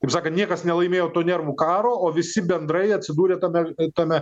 kaip sakant niekas nelaimėjo to nervų karo o visi bendrai atsidūrė dabar tame tame